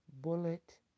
bullet